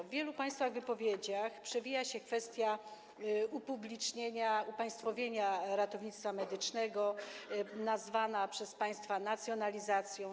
W wielu państwa wypowiedziach przewija się kwestia upublicznienia, upaństwowienia ratownictwa medycznego, nazwana przez państwa nacjonalizacją.